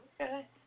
Okay